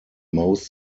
most